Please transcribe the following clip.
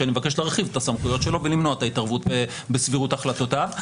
שאני מבקש להרחיב את הסמכויות שלו ולמנוע את ההתערבות בסבירות החלטותיו.